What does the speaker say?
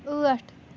ٲٹھ